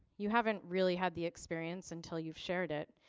you haven't really had the experience until you've shared it.